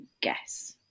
guess